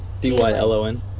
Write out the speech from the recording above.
D-Y-L-O-N